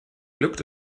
looked